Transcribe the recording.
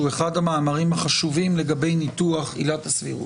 אחד המאמרים החשובים לגבי ניתוח עילת הסבירות,